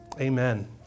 Amen